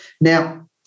Now